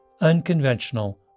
unconventional